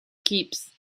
keeps